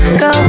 go